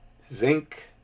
zinc